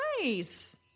nice